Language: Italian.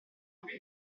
del